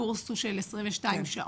הקורס הוא של 22 שעות,